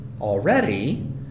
already